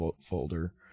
folder